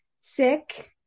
sick